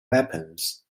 weapons